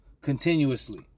continuously